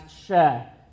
share